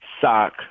sock